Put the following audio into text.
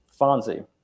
Fonzie